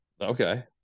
Okay